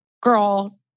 girl